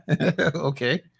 Okay